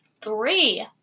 three